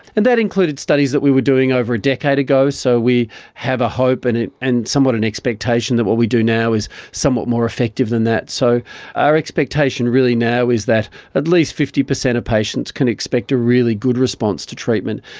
and that included studies that we were doing over a decade ago, so we have a hope and and somewhat of an expectation that what we do now is somewhat more effective than that. so our expectation really now is that at least fifty percent of patients can expect a really good response to treatment.